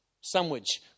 Sandwich